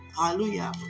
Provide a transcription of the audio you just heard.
Hallelujah